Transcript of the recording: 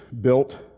built